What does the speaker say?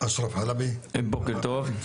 בוקר טוב.